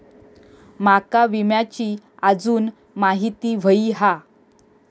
माका विम्याची आजून माहिती व्हयी हा?